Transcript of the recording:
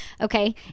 Okay